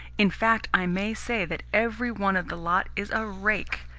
in fact, i may say that every one of the lot is a rake.